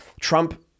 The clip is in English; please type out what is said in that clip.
trump